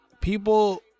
people